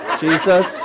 Jesus